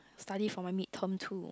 study for my midterm too